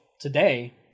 today